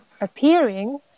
appearing